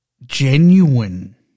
genuine